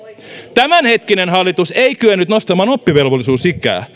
tämänhetkinen hallitus ei kyennyt nostamaan oppivelvollisuusikää